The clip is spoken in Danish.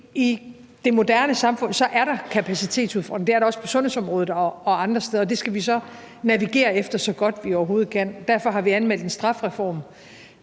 i det moderne samfund er der kapacitetsudfordringer, og det er der også på sundhedsområdet og andre steder, og det skal vi så navigere efter, så godt vi overhovedet kan, og derfor har vi anmeldt en strafreform,